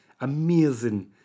Amazing